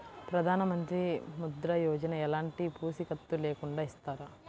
ప్రధానమంత్రి ముద్ర యోజన ఎలాంటి పూసికత్తు లేకుండా ఇస్తారా?